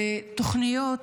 ותוכניות